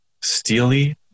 Steely